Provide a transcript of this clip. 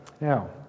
Now